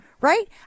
right